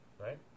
right